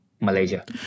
Malaysia